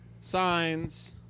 signs